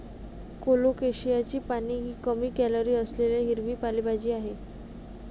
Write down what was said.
कोलोकेशियाची पाने ही कमी कॅलरी असलेली हिरवी पालेभाजी आहे